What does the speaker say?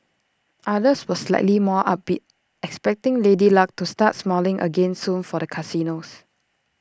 others were slightly more upbeat expecting lady luck to start smiling again soon for the casinos